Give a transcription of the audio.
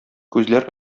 күзләр